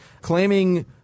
claiming